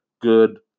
good